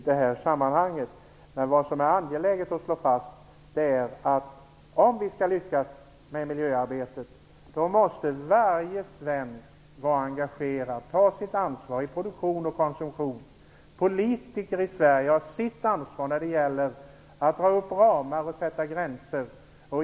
Det är dock angeläget att slå fast att om vi skall lyckas med miljöarbetet måste varje svensk vara engagerad och ta sitt ansvar vid produktion och konsumtion. Politiker i Sverige har sitt ansvar när det gäller att dra upp ramar och sätta gränser.